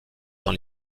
dans